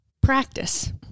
practice